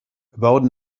about